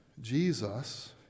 Jesus